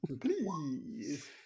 Please